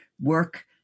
work